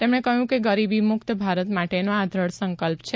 તેમણે કહ્યું કે ગરીબી મુક્ત ભારત માટેનો આ દેઢસંકલ્પ છે